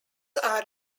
are